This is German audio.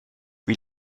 wie